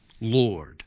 Lord